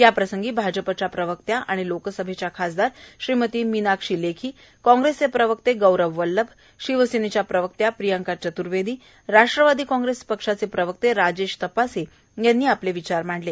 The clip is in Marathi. याप्रसंगी भाजपच्या प्रवक्त्या आणि लोकसभा खासदार श्रीमती मीनाक्षी लेखी कॉग्रेसचे प्रवक्ते गौरव वल्लभ शिवसेनेच्या प्रवक्त्या प्रियंका चतुर्वेदी राष्ट्रवादी कॉग्रेस पक्षाचे प्रवक्ते राजेश तपासे यांनी आपले विचार मांडली